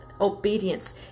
obedience